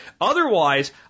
Otherwise